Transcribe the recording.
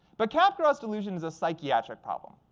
but capgras delusion is a psychiatric problem,